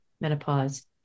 menopause